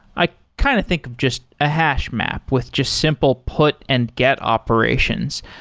i kind of think of just a hash map with just simple put and get operations.